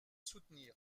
soutenir